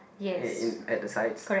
eh in at the sides